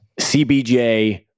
CBJ